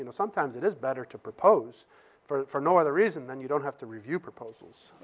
you know sometimes it is better to propose for for no other reason than you don't have to review proposals.